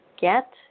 get